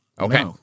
okay